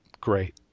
great